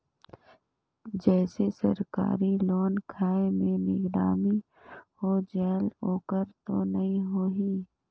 जैसे सरकारी लोन खाय मे नीलामी हो जायेल ओकर तो नइ होही?